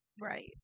Right